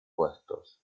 puestos